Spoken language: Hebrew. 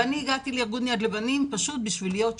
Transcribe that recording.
אני הגעתי לארגון יד לבנים פשוט בשביל להיות שם,